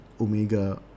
Omega